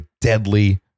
deadly